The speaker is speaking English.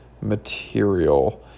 material